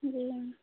जी